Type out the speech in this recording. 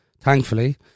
thankfully